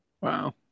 Wow